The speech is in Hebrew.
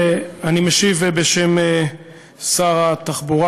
אני משיב בשם שר התחבורה,